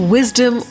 Wisdom